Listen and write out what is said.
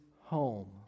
home